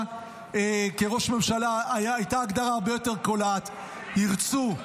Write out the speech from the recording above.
כראש ממשלה הייתה הגדרה הרבה יותר קולעת: ירצו,